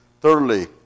thirdly